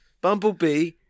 Bumblebee